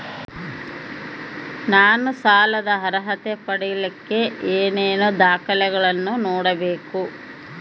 ನಾನು ಸಾಲದ ಅರ್ಹತೆ ಪಡಿಲಿಕ್ಕೆ ಏನೇನು ದಾಖಲೆಗಳನ್ನ ನೇಡಬೇಕು?